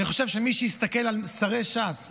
אני חושב שמי שיסתכל על שרי ש"ס,